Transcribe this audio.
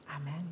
Amen